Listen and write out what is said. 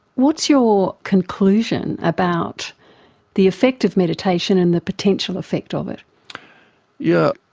what's your conclusion about the effect of meditation and the potential effect of it? yeah